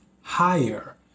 higher